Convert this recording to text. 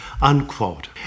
unquote